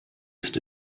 ist